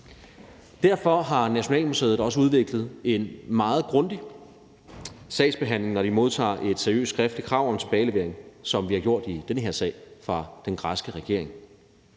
Derfor har Nationalmuseet også udviklet en meget grundig sagsbehandling, når de modtager et seriøst skriftligt krav om tilbagelevering, som det har været tilfældet i den her sag, fra den græske regering.